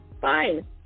fine